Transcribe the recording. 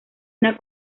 una